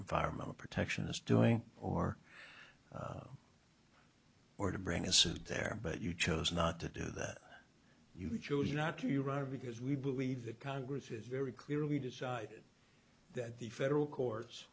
environmental protection is doing or or to bring a suit there but you chose not to do that you chose not to run because we believe that congress is very clearly decided that the federal courts